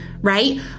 right